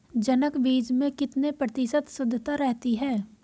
जनक बीज में कितने प्रतिशत शुद्धता रहती है?